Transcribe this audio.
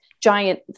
giant